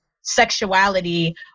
sexuality